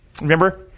remember